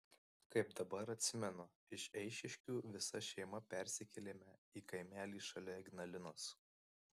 kaip dabar atsimenu iš eišiškių visa šeima persikėlėme į kaimelį šalia ignalinos